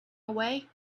away